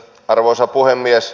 arvoisa puhemies